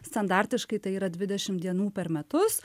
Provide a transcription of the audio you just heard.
standartiškai tai yra dvidešimt dienų per metus